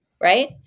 right